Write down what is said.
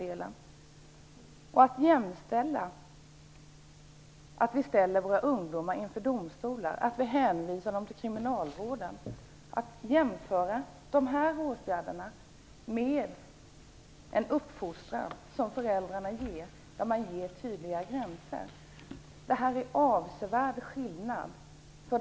Det är en avsevärd skillnad mellan åtgärden att ställa våra ungdomar inför domstol, att hänvisa dem till kriminalvården och den uppfostran som föräldrarna ger när de vill ge tydliga gränser för ungdomar.